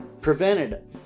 prevented